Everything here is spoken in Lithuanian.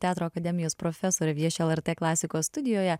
teatro akademijos profesorė vieši lrt klasikos studijoje